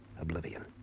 oblivion